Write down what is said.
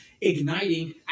igniting